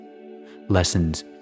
lessons